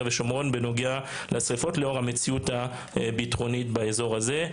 ושומרון בנוגע לשריפות לאור המציאות הביטחונית באזור הזה.